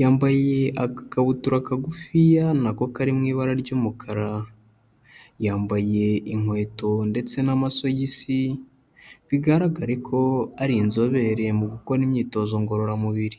yambaye agakabutura kagufiya na ko kari mu ibara ry'umukara, yambaye inkweto ndetse n'amasogisi, bigaragare ko ari inzobere mu gukora imyitozo ngororamubiri.